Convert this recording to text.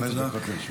מסכימים.